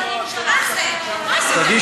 מה זה?